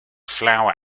flower